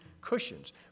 cushions